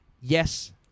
yes